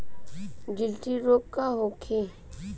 गिलटी रोग का होखे?